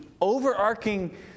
overarching